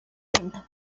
evento